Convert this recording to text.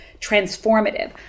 transformative